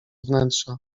wnętrza